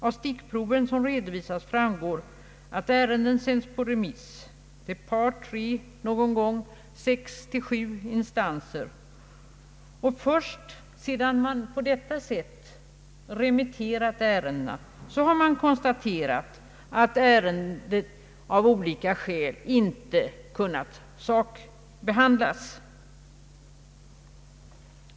Av de stickprov som redovisas framgår att ärenden sänts på remiss till ett par tre, någon gång sex å sju instanser och att man först därefter, sedan man på detta sätt remitterat ärendena, har konstaterat att de av olika skäl inte kunnat sakbehandlas.